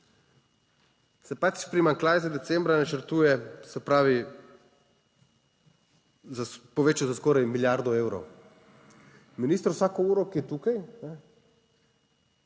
se pač primanjkljaj za decembra načrtuje, se pravi poveča za skoraj milijardo evrov. Minister vsako uro, ki je tukaj,